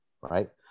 right